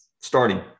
starting